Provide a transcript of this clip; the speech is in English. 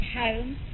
home